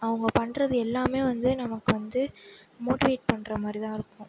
அவங்க பண்றது எல்லாமே வந்து நமக்கு வந்து மோட்டிவேட் பண்ற மாதிரி தான் இருக்கும்